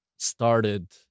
started